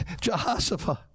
Jehoshaphat